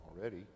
already